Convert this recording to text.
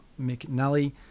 McNally